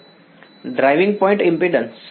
વિદ્યાર્થી driving point impedance